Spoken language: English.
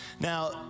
Now